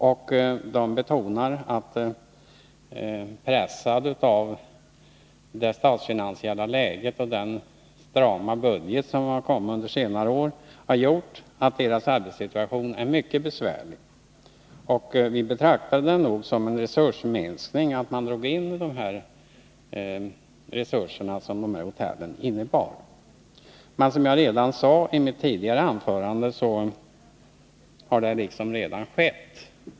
Man betonar att det statsfinansiella läget och den strama budgeten under senare år har gjort arbetssituationen mycket besvärlig. Vi betraktar det nog som en resursminskning att man drog in de resurser som hotellen innebar. Men som jag sade redan i mitt tidigare anförande har det redan skett.